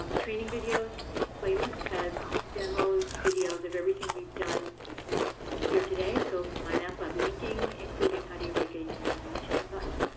training video's playlist has demos, videos of everything we've done here today. so it'll be mymathlab linking, including how do you make a navigation button,